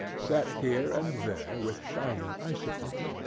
set here and there with shining icicles.